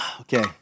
Okay